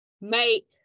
mate